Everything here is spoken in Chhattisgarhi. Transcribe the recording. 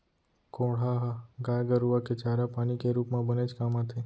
कोंढ़ा ह गाय गरूआ के चारा पानी के रूप म बनेच काम आथे